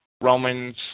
Romans